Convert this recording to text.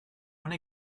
one